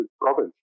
province